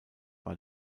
war